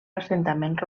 assentament